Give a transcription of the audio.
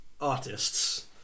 artists